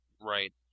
Right